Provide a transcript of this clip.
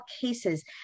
cases